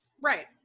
Right